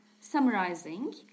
summarizing